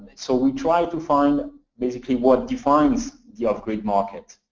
so we tried to find basically what defines the off-grid market.